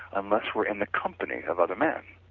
unless we are in the company of other men.